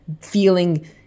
feeling